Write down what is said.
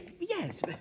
yes